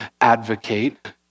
advocate